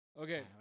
Okay